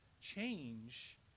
change